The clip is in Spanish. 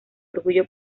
orgullo